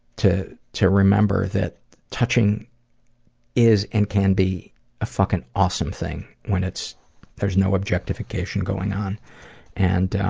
to to remember that touching is and can be a fuckin' awesome thing when it's there's no objectification going on and,